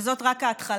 וזאת רק ההתחלה.